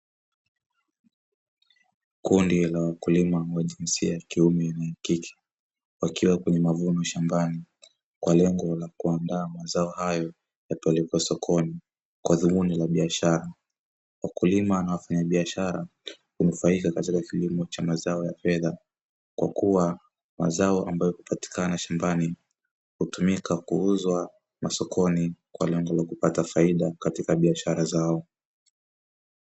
Kundi la wakulima wa jinsia ya kiume na wakike wakiwa kwenye mavuno shambani, kwa lengo la kuandaa mazao hayo yanayo pelekwa sokoni kwa dhumuni la biashara. Wakulima na wanafanya biashara hunufaika katika kilimo cha mazao ya fedha kwa kuwa mazao ambayo hupatikana shambani hutumika kuuzwa masokoni kwa lengo la kupata faida katika biashara zao.